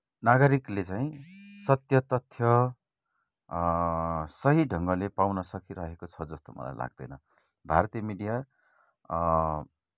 नागरिकले चाहिँ सत्य तथ्य सही ढङ्गले पाउन सकिरहेको छ जस्तो मलाई लाग्दैन भारतीय मिडिया